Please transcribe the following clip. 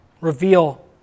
reveal